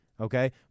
okay